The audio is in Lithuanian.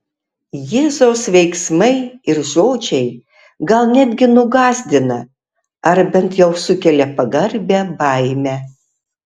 jėzaus veiksmai ir žodžiai gal netgi nugąsdina ar bent jau sukelia pagarbią baimę